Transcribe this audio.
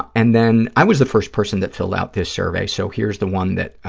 and then, i was the first person that filled out this survey, so here's the one that,